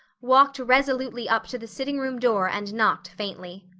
walked resolutely up to the sitting-room door and knocked faintly.